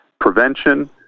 prevention